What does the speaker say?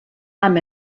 amb